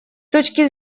точки